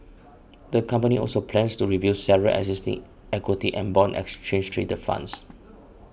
the company also plans to review several existing equity and bond exchange trade funds